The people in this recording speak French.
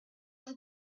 vous